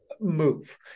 move